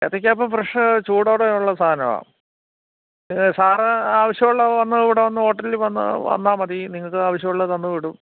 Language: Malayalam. ഏത്തയ്ക്കാപ്പം ഫ്രഷ് ചൂടോടെ ഉള്ള സാധനമാണ് സാർ ആവശ്യമുള്ളത് വന്ന് ഇവിടെ വന്ന് ഹോട്ടലിൽ വന്ന് വന്നാൽ മതി നിങ്ങൾക്ക് ആവശ്യമുള്ളത് തന്നുവിടും